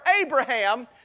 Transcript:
Abraham